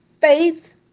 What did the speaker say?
Faith